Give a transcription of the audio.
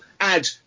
add